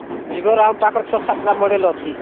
ଭିଭୋର ଆମ ପାଖରେ ଛଅ ସାତଟା ମଡ଼େଲ୍ ଅଛି